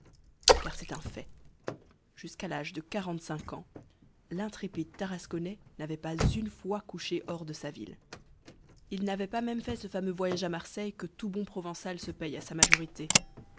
car c'est un fait jusqu'à l'âge de quarante-cinq ans l'intrépide tarasconnais n'avait pas une fois couché hors de sa ville il n'avait pas même fait ce fameux voyage à marseille que tout bon provençal se paie à sa majorité